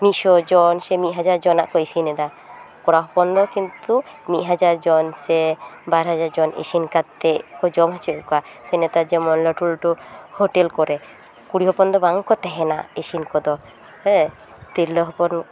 ᱢᱤᱫᱥᱳ ᱡᱚᱱ ᱥᱮ ᱢᱤᱫ ᱦᱟᱡᱟᱨ ᱡᱚᱱᱟᱜ ᱠᱚ ᱤᱥᱤᱱᱮᱫᱟ ᱠᱚᱲᱟ ᱦᱚᱯᱚᱱ ᱫᱚ ᱠᱤᱱᱛᱩ ᱢᱤᱫ ᱦᱟᱡᱟᱨ ᱡᱚᱱ ᱥᱮ ᱵᱟᱨ ᱦᱟᱡᱟᱨ ᱡᱚᱱ ᱤᱥᱤᱱ ᱠᱟᱛᱮᱫ ᱠᱚ ᱡᱚᱢ ᱦᱚᱪᱚᱭᱮᱫ ᱠᱚᱣᱟ ᱥᱮ ᱱᱮᱛᱟᱨ ᱡᱮᱢᱚᱱ ᱞᱟᱹᱴᱩ ᱞᱟᱹᱴᱩ ᱦᱳᱴᱮᱞ ᱠᱚᱨᱮ ᱠᱩᱲᱤ ᱦᱚᱯᱚᱱ ᱫᱚ ᱵᱟᱝ ᱠᱚ ᱛᱟᱦᱮᱸᱱᱟ ᱤᱥᱤᱱ ᱠᱚᱫᱚ ᱦᱮᱸ ᱛᱤᱨᱞᱟᱹ ᱦᱚᱯᱚᱱ